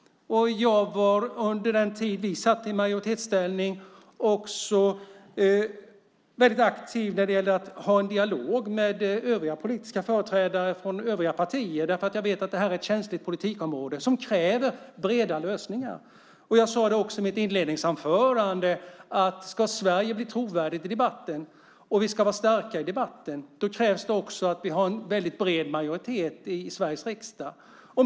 Under den tid vi satt i majoritetsställning var jag väldigt aktiv när det gällde att ha en dialog med politiska företrädare från övriga partier, för jag vet att det här är ett känsligt politikområde som kräver breda lösningar. Jag sade också i mitt inledningsanförande att om Sverige ska bli trovärdigt i debatten och vi ska vara starka i debatten krävs det att vi har en bred majoritet i Sveriges riksdag.